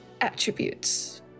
attributes